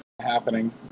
happening